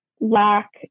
lack